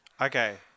Okay